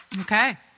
Okay